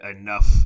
enough